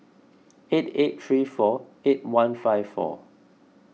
eight eight three four eight one five four